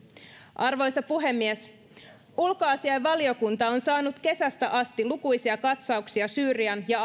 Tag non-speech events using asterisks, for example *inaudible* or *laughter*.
arvoisa puhemies ulkoasiainvaliokunta on saanut kesästä asti lukuisia katsauksia syyrian ja *unintelligible*